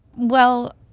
well,